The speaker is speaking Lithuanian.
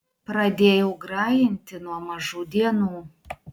pradėjau grajinti nuo mažų dienų